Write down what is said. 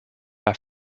are